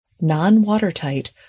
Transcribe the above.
non-watertight